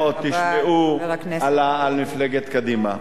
ואתם עוד תשמעו על מפלגת קדימה.